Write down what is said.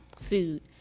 food